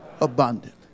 abundant